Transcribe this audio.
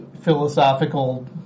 philosophical